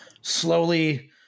slowly